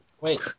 Wait